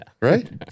Right